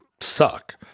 suck